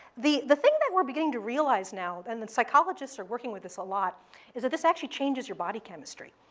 the the thing that we're beginning to realize now, and the psychologists are working with us a lot is that this actually changes your body chemistry.